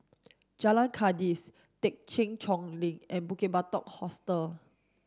Jalan Kandis Thekchen Choling and Bukit Batok Hostel